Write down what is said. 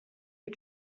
you